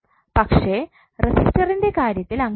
പക്ഷേ റെസിസ്റ്ററിൻറെ കാര്യത്തിൽ അങ്ങനെയല്ല